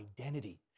identity